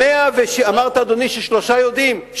אמרת, אדוני, ששלושה יודעים?